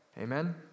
amen